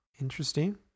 interesting